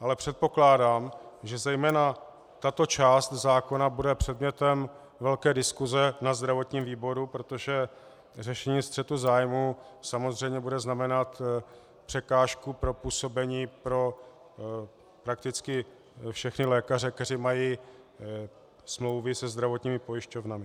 ale předpokládám, že zejména tato část zákona bude předmětem velké diskuse na zdravotním výboru, protože řešení střetu zájmů samozřejmě bude znamenat překážku pro působení pro prakticky všechny lékaře, kteří mají smlouvy se zdravotními pojišťovnami.